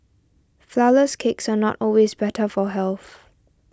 Flourless Cakes are not always better for health